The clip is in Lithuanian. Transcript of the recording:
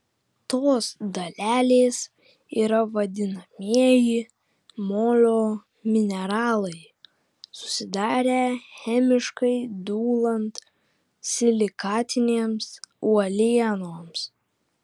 tos dalelės yra vadinamieji molio mineralai susidarę chemiškai dūlant silikatinėms uolienoms